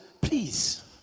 please